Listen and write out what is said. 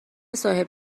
صاحب